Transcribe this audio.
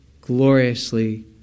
gloriously